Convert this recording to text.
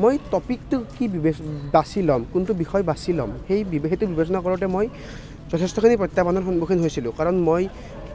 মই ট'পিকটো কি বাচি ল'ম কোনটো বিষয় বাচি ল'ম সেই সেইটো বিবেচনা কৰোঁতে মই যথেষ্টখিনি প্ৰত্যাহ্বানৰ সন্মুখীন হৈছিলোঁ কাৰণ মই